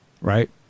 right